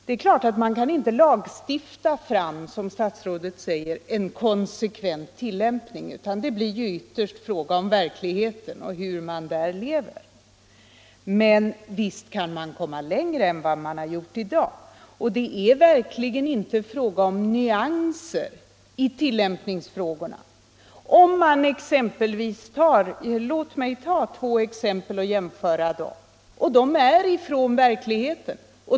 Det är klart att man, som statsrådet säger, inte kan lagstifta fram en konsekvent tillämpning. Det blir ju ytterst fråga om hur man lever i verkligheten. Men visst kan man komma längre än vad man har gjort i dag. Och det är faktiskt inte fråga om nyanser i tillämpningsfrågorna. Låt mig jämföra två exempel från verkligheten.